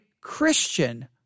Christian